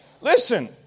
Listen